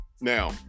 Now